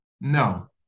No